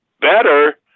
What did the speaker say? better